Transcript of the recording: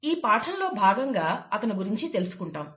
ఈ పాఠంలో భాగంగా అతని గురించి తెలుసుకుంటాము